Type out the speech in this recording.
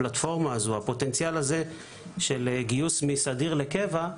הפוטנציאל של גיוס מסדיר לקבע,